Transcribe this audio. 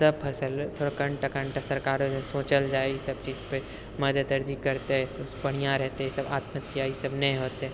सभ फसल थोड़ा कनिटा कनिटा सरकार सोचल जाइ ई सभ चीजपर मदति आदि करतै तऽ बढ़िआँ रहितै ई सभ आत्महत्या ई सभ नहि होतै